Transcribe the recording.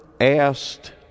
asked